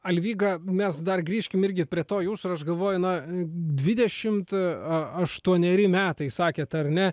alvyga mes dar grįžkim irgi prie to jūsų ir aš galvoju na dvidešimt aštuoneri metai sakėt ar ne